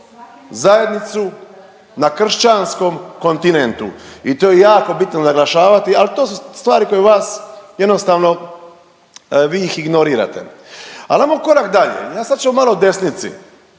zajednicu na kršćanskom kontinentu i to je jako bitno naglašavati. Al to su stvari koje vas jednostavno vi ih ignorirate. Al ajmo korak dalje, sad ćemo malo o desnici,